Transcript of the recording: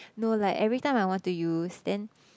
no like every time I want to use then